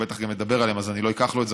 הוא בטח גם ידבר עליהם אז אני לא אקח לו את זה,